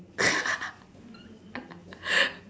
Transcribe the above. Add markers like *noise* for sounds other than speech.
*laughs*